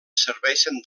serveixen